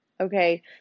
okay